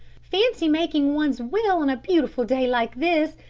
fancy making one's will on a beautiful day like this,